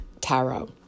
tarot